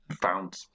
found